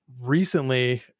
Recently